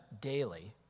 daily